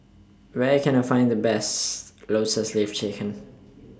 Where Can I Find The Best Lotus Leaf Chicken